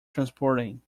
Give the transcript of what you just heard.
transporting